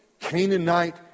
Canaanite